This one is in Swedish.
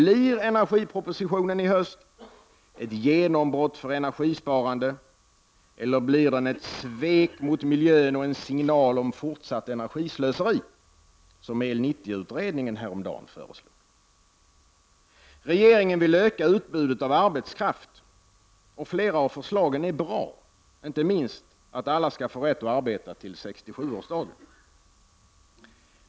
Blir energipropositionen i höst ett genombrott för energisparande, eller blir den ett svek mot miljön och en signal om fortsatt energislöseri, som EL 90-utredningen häromdagen föreslog? Regeringen vill öka utbudet av arbetskraft. Flera av förslagen är bra, inte minst att alla skall få rätt att arbeta till 67-årsdagen.